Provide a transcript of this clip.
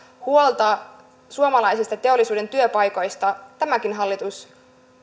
huolta suomalaisista teollisuuden työpaikoista tämäkin hallitus